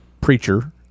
preacher